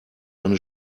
eine